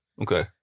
Okay